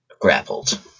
grappled